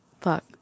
Fuck